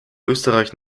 österreich